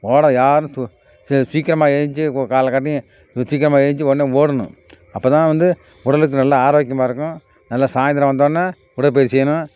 ஓட யாரும் சரி சீக்கிரமாக ஏந்ச்சி காலைல காட்டியும் சீக்கிரமாக ஏந்ச்சி உடனே ஓடணும் அப்போ தான் வந்து உடலுக்கு நல்லா ஆரோக்கியமாக இருக்கும் நல்லா சாய்ந்தரம் வந்தோடனே உடல் பயிற்சி செய்யணும்